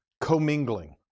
commingling